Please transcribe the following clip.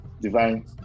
divine